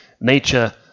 nature